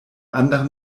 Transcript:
anderen